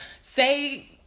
say